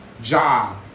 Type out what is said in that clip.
job